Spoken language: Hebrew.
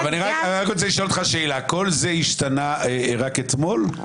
כל זה השתנה רק אתמול?